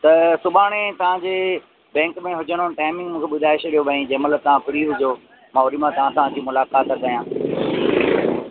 त सुभाणे तव्हांजे बैंक में हुजण जो टाइमिंग मूंखे ॿुधाए छॾियो भाई जंहिंमहिल तव्हां फ्री हुजो मां ओॾीमहिल तव्हां सां मुलाकात कयां